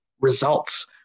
results